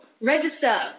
Register